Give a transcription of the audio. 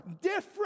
different